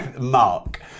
Mark